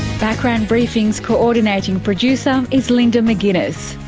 background briefing's co-ordinating producer is linda mcginness,